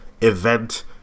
event